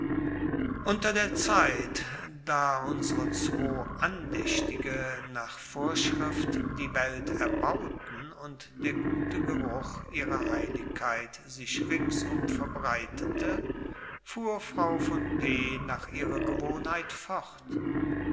unter der zeit daß unsre zwo andächtige nach vorschrift die welt erbauten und der gute geruch ihrer heiligkeit sich ringsum verbreitete fuhr frau von p nach ihrer gewohnheit fort